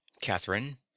Catherine